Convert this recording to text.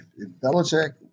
Belichick